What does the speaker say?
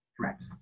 Correct